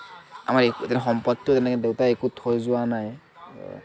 আমাৰ একো তেনে সম্পত্তিও তেনেকে দেউতাই একো থৈ যোৱা নাই